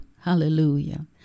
Hallelujah